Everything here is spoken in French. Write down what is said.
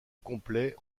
complet